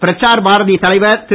பிரசார் பாரதி தலைவர் திரு